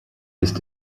ist